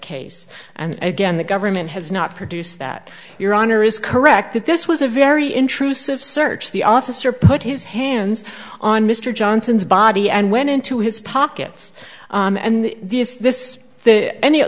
case and again the government has not produced that your honor is correct that this was a very intrusive search the officer put his hands on mr johnson's body and went into his pockets and this this any